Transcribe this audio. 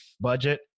budget